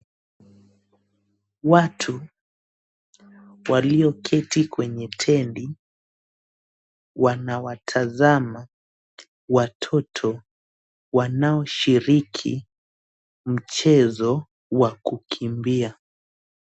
Watu walioketi kwenye tendi wanawatazama watoto wanaoshiriki mchezo wa kukimbia.